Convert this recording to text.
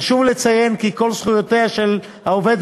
חשוב לציין כי כל זכויותיה של העובדת